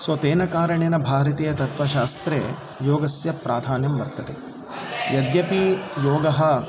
सो तेन कारणेन भारतीयतत्त्वशास्त्रे योगस्य प्राधान्यं वर्तते यद्यपि योगः